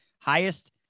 Highest